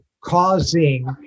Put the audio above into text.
causing